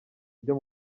byo